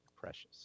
Precious